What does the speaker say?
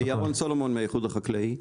ירון סולומון מהאיחוד החקלאי,